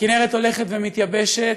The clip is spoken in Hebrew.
הכינרת הולכת ומתייבשת,